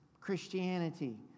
Christianity